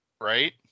right